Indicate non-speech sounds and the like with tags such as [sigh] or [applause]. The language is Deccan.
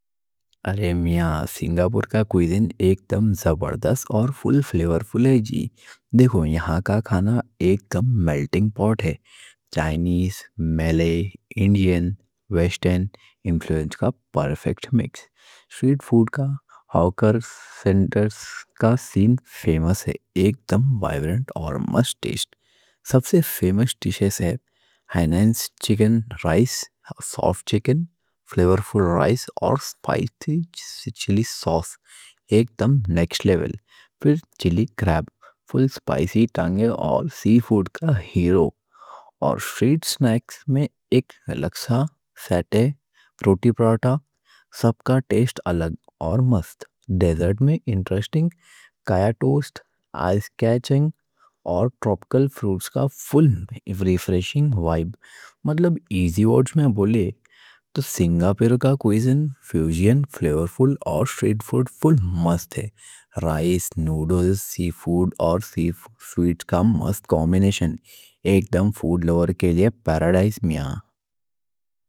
ارے میاں، سنگاپور کا کوزین ایک دم زبردست اور فل فلیورفُل ہے جی۔ دیکھو یہاں کا کھانا ایک دم میلٹنگ پاٹ ہے۔ چائنیز، ملے، انڈین، ویسٹرن انفلوئنس کا پرفیکٹ مکس۔ سٹریٹ فوڈ کا ہاکر [hesitation] سینٹر کا سین فیمس ہے، ایک دم وائبریںٹ اور مست ٹیسٹ۔ سب سے فیمس ڈِش ہائینیز چکن رائس: سافٹ چکن، فلیورفُل رائس اور اسپائسی چِلی ساس ایک دم نیکسٹ لیول۔ پھر چِلی کریب فل اسپائسی، ٹینگی، اور سی فوڈ کا ہیرو۔ سٹریٹ سنیکس میں لکسا، ساتے، روٹی پراٹا—سب کا ٹیسٹ الگ اور مست۔ ڈیزرٹ میں انٹریسٹنگ کایا ٹوسٹ، آئس کاچانگ، اور ٹراپیکل فروٹس کا فل ریفریشنگ وائب، مطلب ایزی ورڈز میں بولے تو سنگاپور کا کوزین فیوژن فلیورفُل اور سٹریٹ فوڈ فل مست ہے۔ رائس، نوڈلز، سی فوڈ اور سویٹ کا مست کمبینیشن، ایک دم فوڈ لوور کے لیے پیراڈائز میاں۔